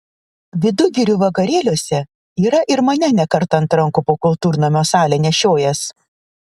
vidugirių vakarėliuose yra ir mane ne kartą ant rankų po kultūrnamio salę nešiojęs